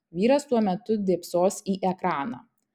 vyras tuo metu dėbsos į ekraną